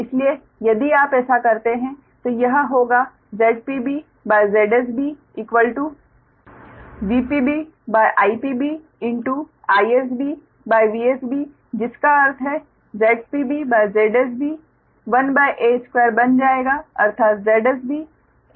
इसलिए यदि आप ऐसा करते हैं तो यह होगा ZpB ZsB VpB IpB IsB VsB जिसका अर्थ है ZpB ZsB 1 a2 बन जाएंगा अर्थात ZsB a2 ZpB होगा